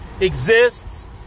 exists